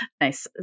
nice